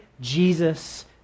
Jesus